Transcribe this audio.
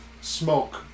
smoke